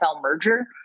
merger